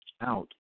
out